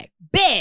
bet